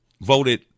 voted